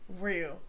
real